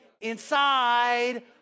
inside